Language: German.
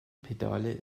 pedale